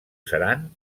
seran